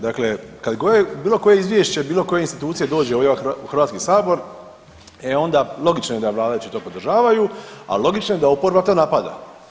Dakle, kad god bilo koje izvješće, bilo koje institucije dođe ovdje u Hrvatski sabor e onda logično je da vladajući to podržavaju, a logično je da oporba to napada.